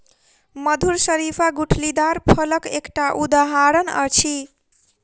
मधुर शरीफा गुठलीदार फलक एकटा उदहारण अछि